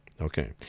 Okay